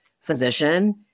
physician